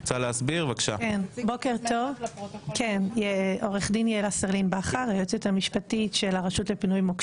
התשפ"ג 2023. 2. הצעת חוק המרכז לגביית קנסות,